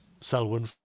Selwyn